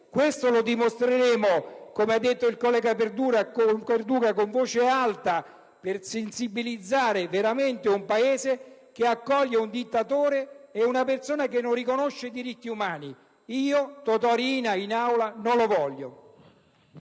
Paese e lo dimostreremo, come ha detto il collega Perduca, con voce alta per sensibilizzare il Paese sul fatto che si accoglie un dittatore, una persona che non riconosce i diritti umani. Io, Totò Riina, in Aula non lo voglio!